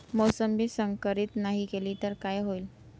मोसंबी संकरित नाही केली तर काय होईल?